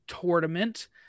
tournament